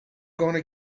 gonna